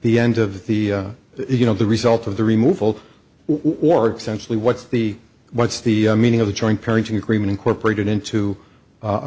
the end of the you know the result of the removal war centrally what's the what's the meaning of the joint parenting agreement incorporated into a